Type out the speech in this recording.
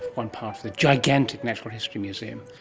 one part of the gigantic natural history museum,